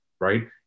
right